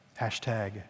Hashtag